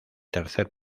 tercer